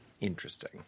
interesting